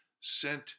sent